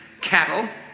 cattle